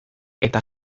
eta